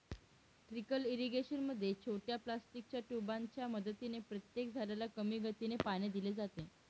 trickle irrigation मध्ये छोट्या प्लास्टिकच्या ट्यूबांच्या मदतीने प्रत्येक झाडाला कमी गतीने पाणी दिले जाते